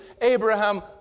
Abraham